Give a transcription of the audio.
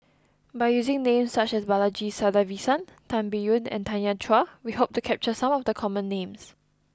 by using names such as Balaji Sadasivan Tan Biyun and Tanya Chua we hope to capture some of the common names